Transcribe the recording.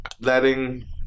letting